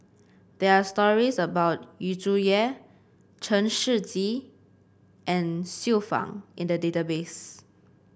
there are stories about Yu Zhuye Chen Shiji and Xiu Fang in the database